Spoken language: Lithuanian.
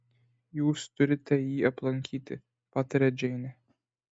jūs turite jį aplankyti pataria džeinė